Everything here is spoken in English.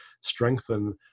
strengthen